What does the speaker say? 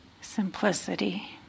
simplicity